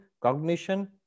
cognition